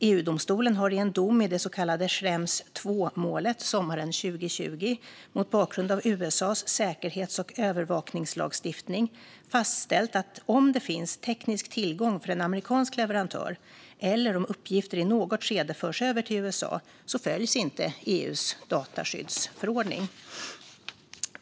EU-domstolen har i en dom i det så kallade Schrems II-målet sommaren 2020 mot bakgrund av USA:s säkerhets och övervakningslagstiftning fastställt att om det finns teknisk tillgång för en amerikansk leverantör eller om uppgifter i något skede förs över till USA följs inte EU:s dataskyddsförordning.